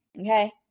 Okay